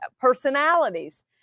personalities